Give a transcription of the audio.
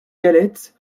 galettes